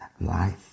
life